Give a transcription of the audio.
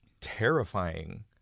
terrifying